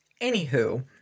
Anywho